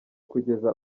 kugeza